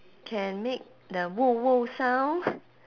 can make the woof woof sound